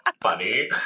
funny